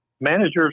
managers